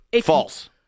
false